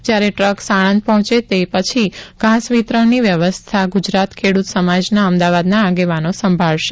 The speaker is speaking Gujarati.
જ્યારે ટ્રક સાણંદ પહોંચે પછી ઘાસ વિતરણની વ્યવસ્થા ગુજરાત ખેડૂત સમાજના અમદાવાદના આગેવાનો સંભાળશે